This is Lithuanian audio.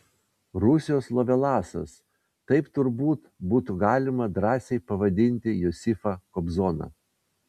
rusijos lovelasas taip turbūt būtų galima drąsiai pavadinti josifą kobzoną